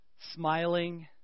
smiling